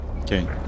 okay